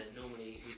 normally